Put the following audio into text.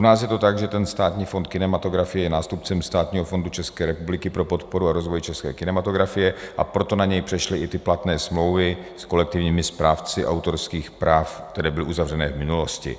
U nás je to tak, že Státní fond kinematografie je nástupcem Státního fondu České republiky pro podporu a rozvoj české kinematografie, a proto na něj přešly i platné smlouvy s kolektivními správci autorských práv, které byly uzavřené v minulosti.